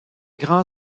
grand